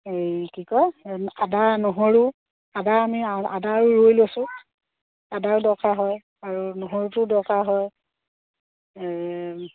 এই কি কয় আদা নহৰু আদা আমি আদাও ৰুই লৈছোঁ আদাও দৰকাৰ হয় আৰু নহৰুটো দৰকাৰ হয়